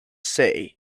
say